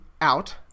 out